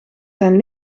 zijn